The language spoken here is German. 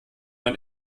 man